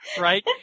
right